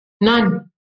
None